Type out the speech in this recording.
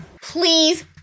Please